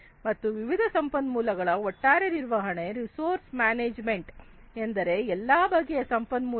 ಮತ್ತು ವಿವಿಧ ಸಂಪನ್ಮೂಲಗಳ ಒಟ್ಟಾರೆ ನಿರ್ವಹಣೆ ರಿಸೋರ್ಸ್ ಮ್ಯಾನೇಜ್ಮೆಂಟ್ ಎಂದರೆ ಎಲ್ಲ ಬಗೆಯ ಸಂಪನ್ಮೂಲಗಳು